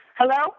hello